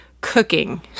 cooking